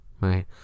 right